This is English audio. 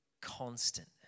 Constant